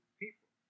people